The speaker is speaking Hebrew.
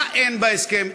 מה אין בהסכם,